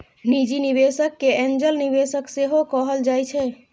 निजी निबेशक केँ एंजल निबेशक सेहो कहल जाइ छै